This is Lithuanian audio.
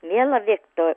miela vikto